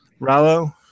Rallo